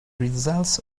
results